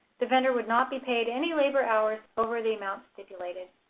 the vendor would not be paid any labor hours over the amount stipulated.